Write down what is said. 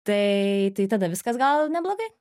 tai tai tada viskas gal ir neblogai